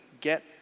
get